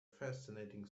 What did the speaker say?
fascinating